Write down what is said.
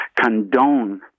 condone